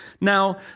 Now